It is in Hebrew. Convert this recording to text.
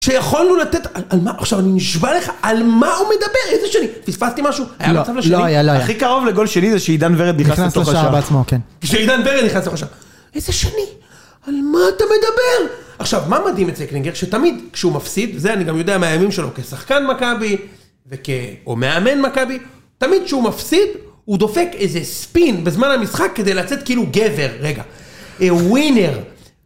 שיכולנו לתת... עכשיו, אני נשבע לך על מה הוא מדבר? איזה שני? פספסתי משהו? לא, לא היה. הכי קרוב לגול שלי זה שאידן ורד נכנס השער. הוא נכנס השער בעצמו, כן. כשאידן ורד נכנס לך עכשיו. איזה שני? על מה אתה מדבר? עכשיו, מה מדהים את זה, קלינגר, שתמיד כשהוא מפסיד, זה אני גם יודע מהימים שלו, כשחקן מכבי וכ... או מאמן מכבי, תמיד כשהוא מפסיד, הוא דופק איזה ספין בזמן המשחק כדי לצאת כאילו גבר, רגע. ווינר.